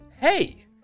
Hey